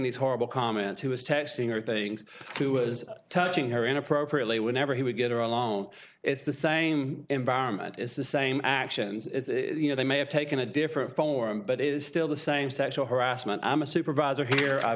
these horrible comments who is texting or things who was touching her inappropriately whenever he would get her alone it's the same environment is the same actions you know they may have taken a different form but is still the same sexual harassment i'm a supervisor here i've